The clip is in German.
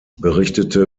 berichtete